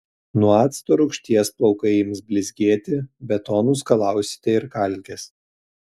nuo acto rūgšties plaukai ims blizgėti be to nuskalausite ir kalkes